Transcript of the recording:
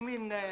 למה?